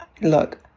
look